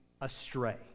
astray